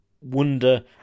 wonder